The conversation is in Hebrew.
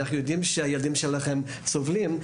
אנחנו יודעים שהילדים שלכם סובלים,